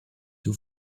two